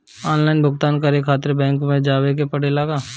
Online भुगतान करे के खातिर बैंक मे जवे के पड़ेला का?